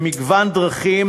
במגוון דרכים,